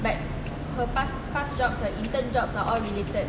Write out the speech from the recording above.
but her past past jobs her intern job are all related